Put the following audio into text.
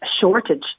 shortage